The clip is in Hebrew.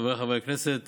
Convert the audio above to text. חבריי חברי הכנסת,